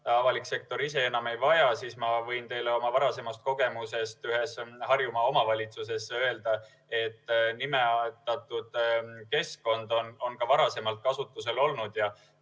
avalik sektor ise enam ei vaja, siis ma võin teile oma varasemast kogemusest ühes Harjumaa omavalitsuses öelda, et nimetatud keskkond on ka varasemalt kasutusel olnud.